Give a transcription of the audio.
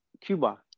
Cuba